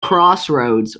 crossroads